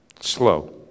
Slow